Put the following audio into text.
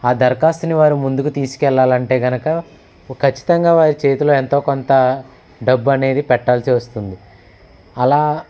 ఆ దరఖాస్తుని వారు ముందుకు తీసుకెళ్ళాలంటే కనుక ఖచ్చితంగా వారి చేతిలో ఎంతో కొంత డబ్బు అనేది పెట్టాల్సి వస్తుంది అలా